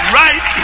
right